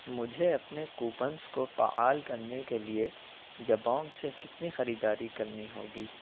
مجھے اپنے کوپنس کو فعال کرنے کے لیے جبانگ سے کتنی خریداری کرنی ہوگی